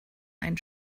ein